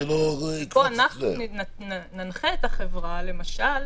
ופה אנחנו ננחה את החברה למשל,